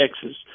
Texas